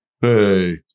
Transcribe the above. hey